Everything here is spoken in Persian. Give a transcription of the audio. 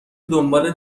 دنبال